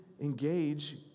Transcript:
engage